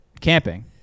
camping